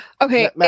Okay